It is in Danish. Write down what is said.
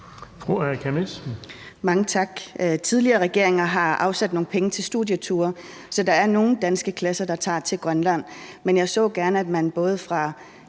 Mange tak. Tidligere regeringer har afsat nogle penge til studieture, så der er nogle danske klasser, der tager til Grønland, men jeg så gerne, at man fra